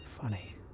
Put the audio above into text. Funny